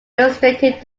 illustrated